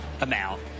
amount